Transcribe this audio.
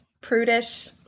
prudish